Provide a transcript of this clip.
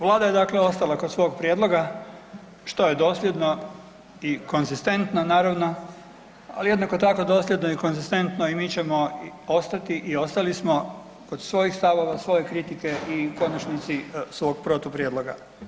Vlada je ostala kod svog prijedloga što je dosljedno i konzistentno naravno, ali jednako tako dosljedno i konzistentno i mi ćemo ostati i ostali smo kod svojih stavova, svoje kritike i u konačnici svog protuprijedloga.